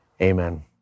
amen